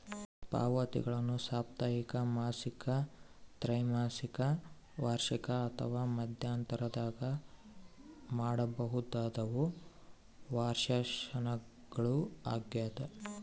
ಪಾವತಿಗಳನ್ನು ಸಾಪ್ತಾಹಿಕ ಮಾಸಿಕ ತ್ರೈಮಾಸಿಕ ವಾರ್ಷಿಕ ಅಥವಾ ಮಧ್ಯಂತರದಾಗ ಮಾಡಬಹುದಾದವು ವರ್ಷಾಶನಗಳು ಆಗ್ಯದ